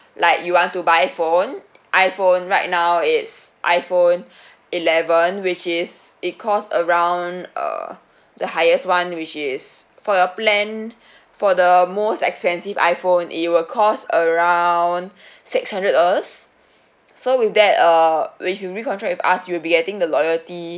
like you want to buy phone iphone right now it's iphone eleven which is it cost around err the highest [one] which is for your plan for the most expensive iphone it will cost around six hundred dollars so with that uh if you recontract with us you'll be getting the loyalty